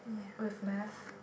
with math